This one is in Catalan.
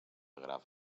graf